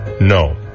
No